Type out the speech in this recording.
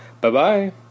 Bye-bye